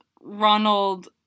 Ronald